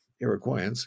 Iroquois